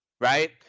Right